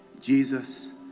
Jesus